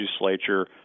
legislature